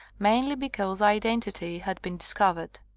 mainly because identity had been dis covered.